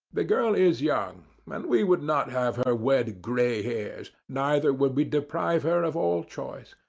the girl is young, and we would not have her wed grey hairs, neither would we deprive her of all choice.